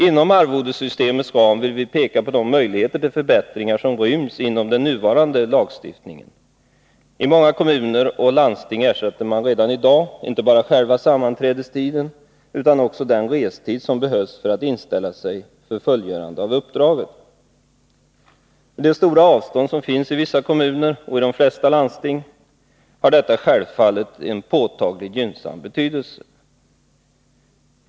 Inom arvodessystemets ram vill vi peka på de möjligheter till förbättringar som ryms inom den nuvarande lagstiftningen. I många kommuner och landsting ersätter man redan i dag inte bara själva sammanträdestiden utan också den restid som behövs för att inställa sig för fullgörande av uppdraget. Med de stora avstånd som finns i vissa kommuner och i de flesta landsting har detta självfallet en påtagligt gynnsam betydelse.